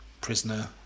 prisoner